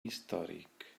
històric